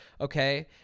Okay